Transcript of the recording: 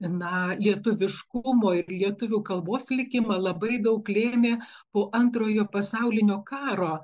na lietuviškumo ir lietuvių kalbos likimą labai daug lėmė po antrojo pasaulinio karo